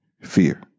fear